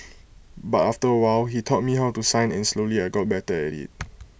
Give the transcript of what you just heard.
but after A while he taught me how to sign and slowly I got better at IT